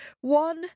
One